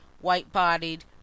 white-bodied